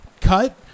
cut